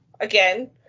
again